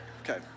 okay